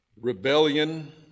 rebellion